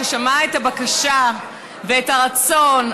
כששמע את הבקשה ואת הרצון,